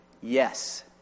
Yes